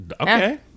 Okay